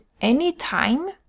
anytime